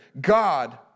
God